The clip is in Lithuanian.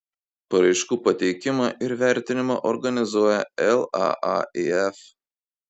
paraiškų pateikimą ir vertinimą organizuoja laaif